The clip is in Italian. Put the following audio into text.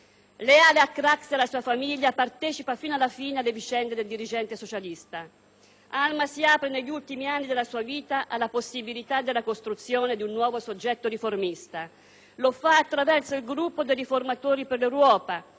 Leale a Craxi e alla sua famiglia, partecipa fino alla fine alle vicende del dirigente socialista. Alma si apre, negli ultimi anni della sua vita, alla possibilità della costruzione di un nuovo soggetto riformista. Lo fa attraverso il gruppo dei Riformatori per l'Europa,